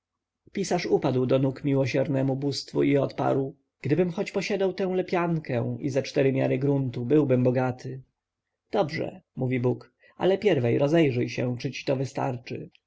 pisarz upadł do nóg miłosiernemu bóstwu i odparł gdybym choć posiadał tę lepiankę i ze cztery miary gruntu byłbym bogaty dobrze mówi bóg ale pierwej rozejrzyj się czy ci to wystarczy